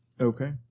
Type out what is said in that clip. okay